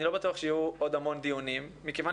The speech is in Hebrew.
אני לא בטוח שיהיו עוד המון דיונים מכיוון